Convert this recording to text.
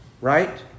right